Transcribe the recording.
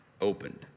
opened